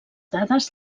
dades